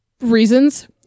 reasons